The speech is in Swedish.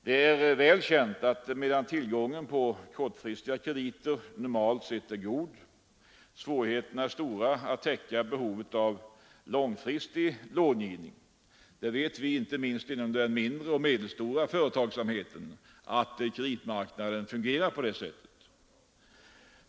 Det är väl känt att medan tillgången på kortfristiga krediter normalt sett är god, är svårigheterna stora att täcka behovet av långfristig långivning. Det vet inte minst vi inom den mindre och medelstora företagsamheten att kreditmarknaden fungerar på det sättet.